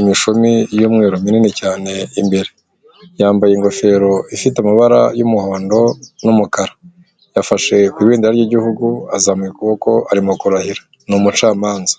imishumi y'umweru minini cyane imbere yambaye ingofero ifite amabara y'umuhondo n'umukara yafashe ku ibendera ry'igihugu azamuraye ukuboko arimo kurahira, ni umucamanza.